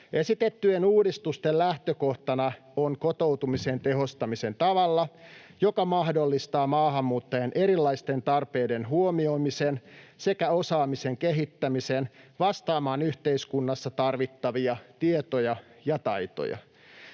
Esitettyjen uudistusten lähtökohtana on kotoutumisen tehostaminen tavalla, joka mahdollistaa maahanmuuttajien erilaisten tarpeiden huomioimisen sekä osaamisen kehittämisen vastaamaan yhteiskunnassa tarvittavia tietoja ja taitoja.